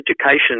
education